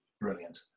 Brilliant